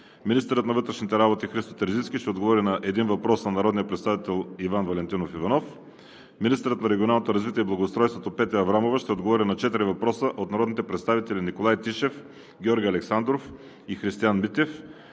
Министърът на вътрешните работи Христо Терзийски ще отговори на един въпрос от народния представител Иван Валентинов Иванов. 4. Министърът на регионалното развитие и благоустройството Петя Аврамова ще отговори на четири въпроса от народните представители Николай Тишев; Георги Александров и Христиан Митев;